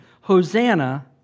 Hosanna